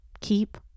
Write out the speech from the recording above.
Keep